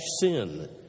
sin